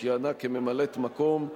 שכיהנה כממלאת-מקום,